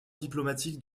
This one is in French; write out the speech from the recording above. diplomatiques